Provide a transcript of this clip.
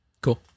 Cool